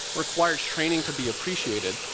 requires training to be appreciated,